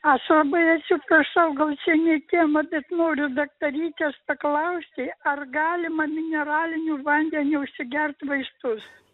aš labai atsiprašau gal čia ne į temą bet noriu daktarytės paklausti ar galima mineraliniu vandeniu užsigert vaistus